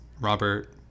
Robert